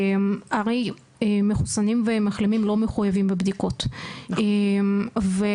הרי מחוסנים ומחלימים לא מחויבים בבדיקות וחלק